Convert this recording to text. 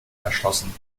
erschlossen